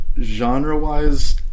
Genre-wise